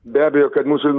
be abejo kad mūsų